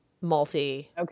multi